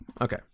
Okay